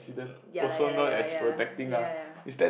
mm ya lah ya lah ya lah ya ya